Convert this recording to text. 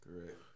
Correct